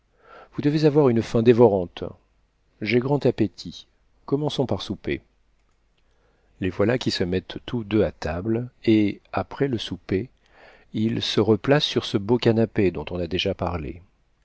vous devez avoir une faim dévorante j'ai grand appétit commençons par souper les voilà qui se mettent tous deux à table et après le souper ils se replacent sur ce beau canapé dont on a déjà parlé